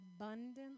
abundant